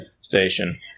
station